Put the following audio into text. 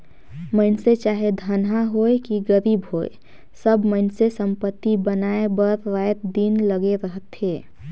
मइनसे चाहे धनहा होए कि गरीब होए सब मइनसे संपत्ति बनाए बर राएत दिन लगे रहथें